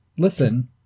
Listen